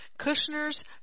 Kushner's